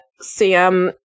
Sam